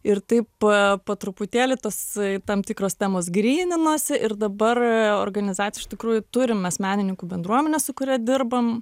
ir taip po truputėlį tos tam tikros temos gryninosi ir dabar organizacijoj iš tikrųjų turim mes menininkų bendruomenę su kuria dirbam